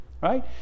right